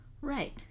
right